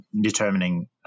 determining